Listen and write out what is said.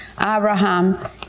Abraham